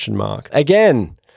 Again